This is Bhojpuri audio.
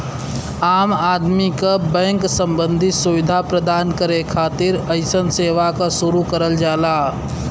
आम आदमी क बैंक सम्बन्धी सुविधा प्रदान करे खातिर अइसन सेवा क शुरू करल जाला